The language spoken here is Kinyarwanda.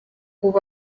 ubu